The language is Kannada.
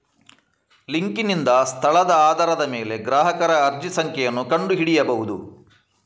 ಲಿಂಕಿನಿಂದ ಸ್ಥಳದ ಆಧಾರದ ಮೇಲೆ ಗ್ರಾಹಕರ ಅರ್ಜಿ ಸಂಖ್ಯೆಯನ್ನು ಕಂಡು ಹಿಡಿಯಬಹುದು